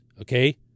okay